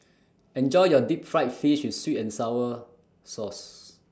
Enjoy your Deep Fried Fish with Sweet and Sour Sauce